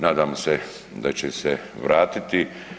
Nadamo se da će se vratiti.